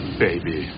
baby